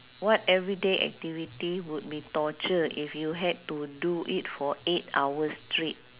what everyday activity would be torture if you had to do it for eight hours straight